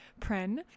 Pren